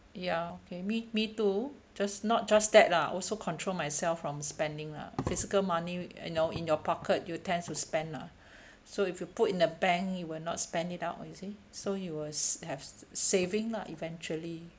ya okay me me too just not just that lah also control myself from spending lah physical money you know in your pocket you tend to spend lah so if you put in the bank you will not spend it out you see so you will s~ have saving lah eventually